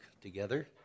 together